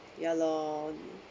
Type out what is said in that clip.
ya lor